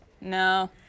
No